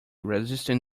resisting